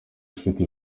ufite